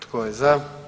Tko je za?